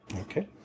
Okay